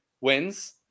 wins